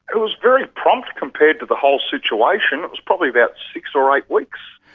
it was very prompt compared to the whole situation, it was probably about six or eight weeks.